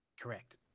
Correct